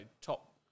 top